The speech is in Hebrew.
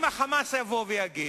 אם ה"חמאס" יבוא ויגיד: